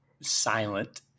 silent